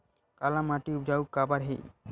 काला माटी उपजाऊ काबर हे?